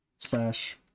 Slash